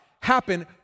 happen